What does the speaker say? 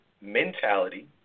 mentality